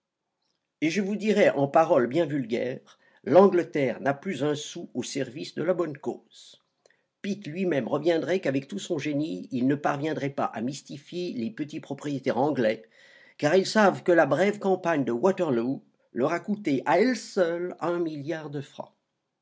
et je vous dirai en paroles bien vulgaires l'angleterre n'a plus un sou au service de la bonne cause pitt lui-même reviendrait qu'avec tout son génie il ne parviendrait pas à mystifier les petits propriétaires anglais car ils savent que la brève campagne de waterloo leur à coûté à elle seule un milliard de francs